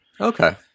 Okay